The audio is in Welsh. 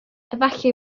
efallai